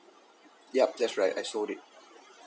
yup that's right I sold it